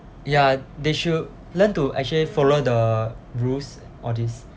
ya they should learn to actually follow the rules all these